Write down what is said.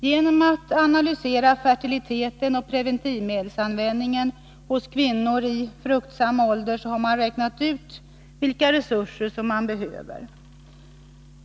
Genom att analysera fertiliteten och preventivmedelsanvändningen hos kvinnor i fruktsam ålder har man räknat ut vilka resurser som behövs.